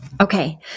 Okay